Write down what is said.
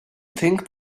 think